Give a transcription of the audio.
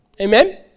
Amen